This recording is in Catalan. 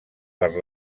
per